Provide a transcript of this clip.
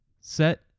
set